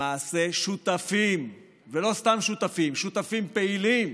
למעשה שותפים, ולא סתם שותפים, שותפים פעילים